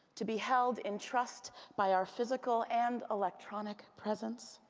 to be held in trust by our physical and electronic presence,